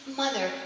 mother